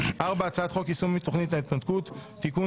4. הצעת חוק יישום תוכנית ההתנתקות ( תיקון